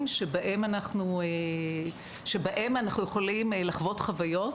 שבהם אנחנו שבהם אנחנו יכולים לחוות חוויות,